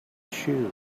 shoe